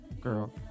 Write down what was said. girl